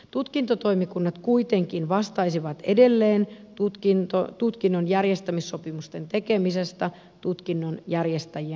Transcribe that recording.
tutkintotoimikunnat kuitenkin vastaisivat edelleen tutkinnon järjestämissopimusten tekemisestä tutkinnon järjestäjien kanssa